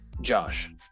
Josh